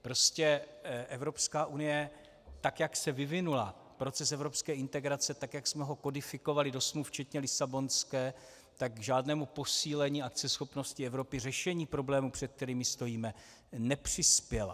Prostě Evropská unie, tak jak se vyvinula, proces evropské integrace, tak jak jsme ho kodifikovali do smluv, včetně Lisabonské, k žádnému posílení akceschopnosti Evropy, řešení problémů, před kterými stojíme, nepřispěla.